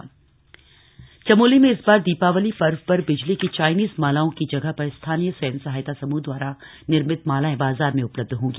vocal for local Chamoli में इस बार दीपालवली पर्व पर बिजली की चाइनीज मालाओं की जगह पर स्थानीय स्वयं सहायता समूह द्वारा निर्मित मालाएं बाजार में उपलब्ध होंगी